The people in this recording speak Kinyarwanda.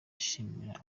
ashimira